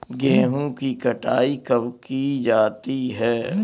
गेहूँ की कटाई कब की जाती है?